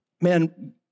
Man